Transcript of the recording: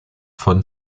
von